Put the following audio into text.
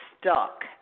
stuck